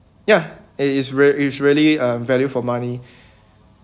ya it is rea~ is really uh value for money